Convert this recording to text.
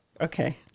Okay